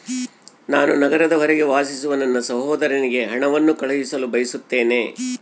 ನಾನು ನಗರದ ಹೊರಗೆ ವಾಸಿಸುವ ನನ್ನ ಸಹೋದರನಿಗೆ ಹಣವನ್ನು ಕಳುಹಿಸಲು ಬಯಸುತ್ತೇನೆ